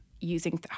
using